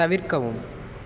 தவிர்க்கவும்